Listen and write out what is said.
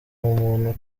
muntu